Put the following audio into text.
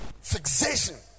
Fixation